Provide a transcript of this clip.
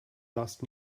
last